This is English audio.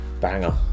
Banger